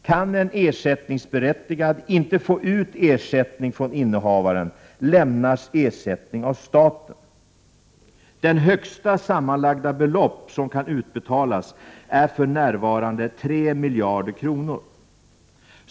Kan en ersättningsberättigad inte få ut ersättning från innehavaren lämnas ersättning av staten. Det högsta sammanlagda belopp som kan utbetalas är för närvarande 3 miljarder kronor.